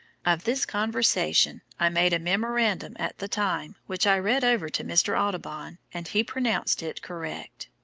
of this conversation i made a memorandum at the time which i read over to mr. audubon and he pronounced it correct.